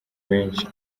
menshi